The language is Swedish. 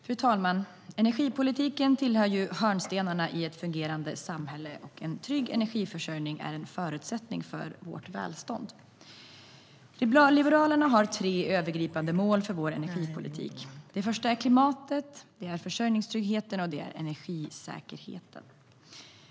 Fru talman! Energipolitiken tillhör hörnstenarna i ett fungerande samhälle, och en trygg energiförsörjning är en förutsättning för välstånd. Liberalerna har tre övergripande mål för vår energipolitik. Det gäller klimatet, försörjningstryggheten och energisäkerheten.